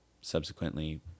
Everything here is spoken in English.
subsequently